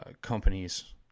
companies